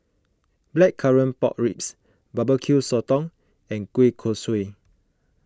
Blackcurrant Pork Ribs Barbecue Sotong and Kueh Kosui